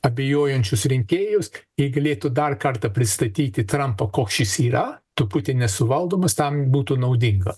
abejojančius rinkėjus jei galėtų dar kartą pristatyti trampą koks jis yra truputį nesuvaldomas tam būtų naudinga